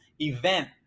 event